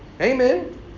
Amen